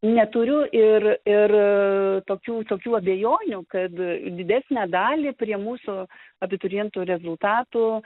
neturiu ir ir tokių tokių abejonių kad didesnę dalį prie mūsų abiturientų rezultatų